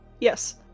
Yes